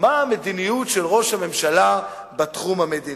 מה המדיניות של ראש הממשלה בתחום המדיני?